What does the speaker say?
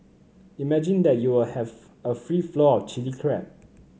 imagine that you will have a free flow of Chilli Crab